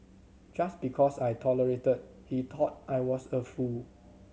just because I tolerated he thought I was a fool